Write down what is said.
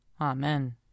Amen